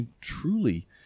Truly